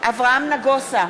אברהם נגוסה,